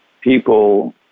people